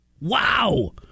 Wow